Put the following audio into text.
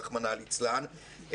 רחמנא ליצלן,